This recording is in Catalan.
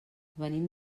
venim